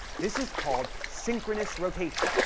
this is called synchronous rotation,